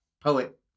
poet